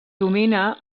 domina